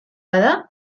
bada